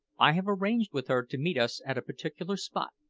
i have arranged with her to meet us at a particular spot,